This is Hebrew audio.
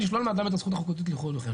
לשלול מאדם את הזכות החוקית לבחור ולהיבחר.